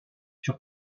sur